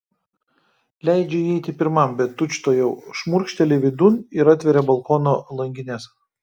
leidžia įeiti pirmam bet tučtuojau šmurkšteli vidun ir atveria balkono langines